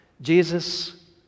Jesus